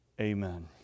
amen